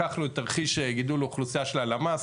לקחנו תרחיש גידול אוכלוסייה של הלמ"ס,